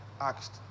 asked